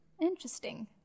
Interesting